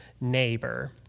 neighbor